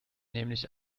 nämlich